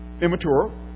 immature